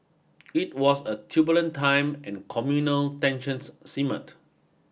it was a turbulent time and communal tensions simmered